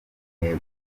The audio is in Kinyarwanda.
ntego